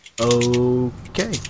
Okay